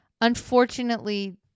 Unfortunately